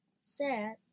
Sad